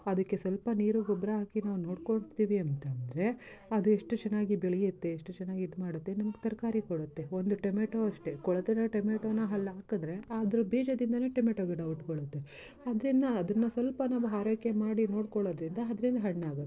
ಅದಕ್ಕೆ ಸ್ವಲ್ಪ ನೀರು ಗೊಬ್ಬರ ಹಾಕಿ ನಾವು ನೋಡ್ಕೊಳ್ತೀವಿ ಅಂತ ಅಂದರೆ ಅದು ಎಷ್ಟು ಚೆನ್ನಾಗಿ ಬೆಳೆಯುತ್ತೆ ಎಷ್ಟು ಚೆನ್ನಾಗಿ ಇದು ಮಾಡುತ್ತೆ ನಮ್ಗೆ ತರಕಾರಿ ಕೊಡುತ್ತೆ ಒಂದು ಟೊಮೇಟೊ ಅಷ್ಟೆ ಕೊಳೆತಿರೊ ಟೊಮೇಟೊನ ಅಲ್ಲಿ ಹಾಕಿದ್ರೆ ಆದ್ರೆ ಬೀಜದಿಂದಲೇ ಟೊಮೆಟೊ ಗಿಡ ಹುಡ್ಕೊಳ್ಳುತ್ತೆ ಅದರಿಂದ ಅದನ್ನು ಸ್ವಲ್ಪ ನಾವು ಹಾರೈಕೆ ಮಾಡಿ ನೋಡ್ಕೊಳೋದ್ರಿಂದ ಅದ್ರಿಂದ ಹಣ್ಣಾಗುತ್ತೆ